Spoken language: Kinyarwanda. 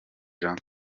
jean